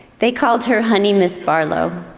they called her honey miss barlow,